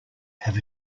have